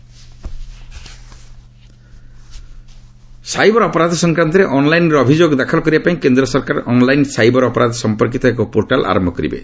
centre cyber cyber ଅପରାଧ ସଂକ୍ରାନ୍ତରେ ଅନ୍ଲାଇନ୍ରେ ଅଭିଯୋଗ ଦାଖଲ କରିବା ପାଇଁ କେନ୍ଦ୍ର ସରକାର ଅନ୍ଲାଇନ୍ ସାଇବର ଅପରାଧ ସମ୍ପର୍କୀତ ଏକ ପୋର୍ଟାଲ୍ ଆରମ୍ଭ କରିବେ